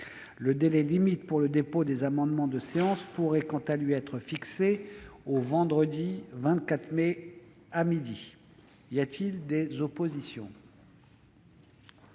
Le délai limite pour le dépôt des amendements de séance pourrait, quant à lui, être fixé au vendredi 24 mai, à midi. Y a-t-il des oppositions ?